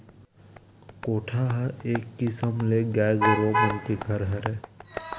कोठा ह एक किसम ले गाय गरुवा मन के घर हरय